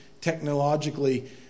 technologically